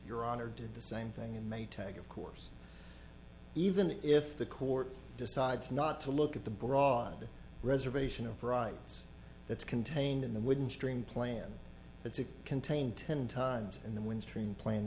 your honor did the same thing in maytag of course even if the court decides not to look at the broad reservation of rights that's contained in the wouldn't dream plan to contain ten times in the